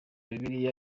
bibiliya